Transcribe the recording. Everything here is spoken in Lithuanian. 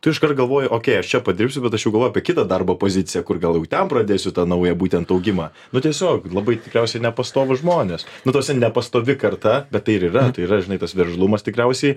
tu iškart galvoji okei aš čia padirbsiu bet aš jau galvoju apie kitą darbo poziciją kur gal jau ten pradėsiu tą naują būtent augimą nu tiesiog labai tikriausiai nepastovūs žmonės nu ta prasme nepastovi karta bet tai ir yra tai yra žinai tas veržlumas tikriausiai